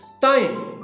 time